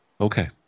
Okay